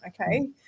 okay